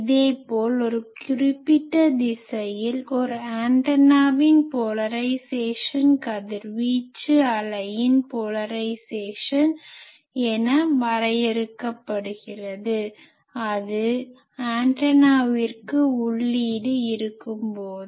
இதேபோல் ஒரு குறிப்பிட்ட திசையில் ஒரு ஆண்டனாவின் போலரைஸேசன் கதிர்வீச்சு அலையின் போலரைஸேசன் என வரையறுக்கப்படுகிறது அது ஆண்டனாவிற்கு உள்ளீடு இருக்கும்போது